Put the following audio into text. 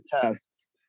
tests